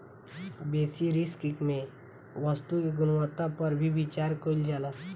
बेसि रिस्क में वस्तु के गुणवत्ता पर भी विचार कईल जाला